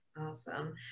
Awesome